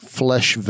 flesh